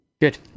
Good